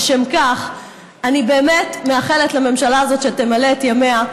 אני באמת מאחלת לממשלה הזאת שתמלא את ימיה.